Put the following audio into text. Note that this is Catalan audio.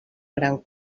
gran